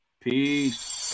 Peace